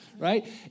right